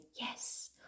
yes